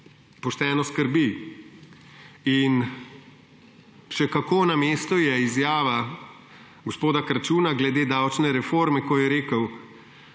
pošteno skrbi. Še kako na mestu je izjava gospoda Kračuna glede davčne reforme, ko je rekel: